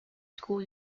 school